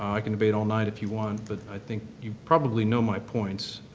i can debate all night if you want. but i think you probably know my points.